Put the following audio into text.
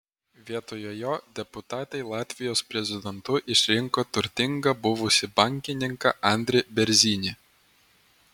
vietoje jo deputatai latvijos prezidentu išrinko turtingą buvusį bankininką andrį bėrzinį